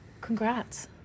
Congrats